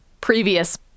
previous